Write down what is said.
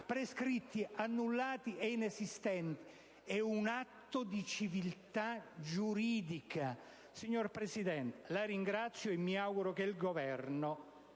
prescritti, annullati e inesistenti sono un atto di civiltà giuridica. Signor Presidente, la ringrazio e mi auguro che il Governo